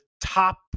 top